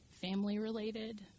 family-related